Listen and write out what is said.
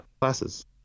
classes